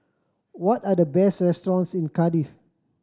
what are the best restaurants in Cardiff